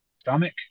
stomach